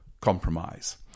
compromise